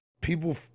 people